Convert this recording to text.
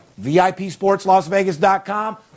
VIPSportsLasVegas.com